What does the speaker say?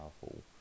powerful